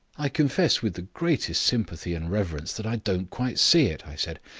i confess with the greatest sympathy and reverence that i don't quite see it, i said.